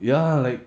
ya like